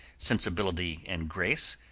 sensibility, and grace